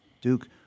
Duke